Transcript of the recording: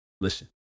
listen